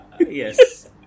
Yes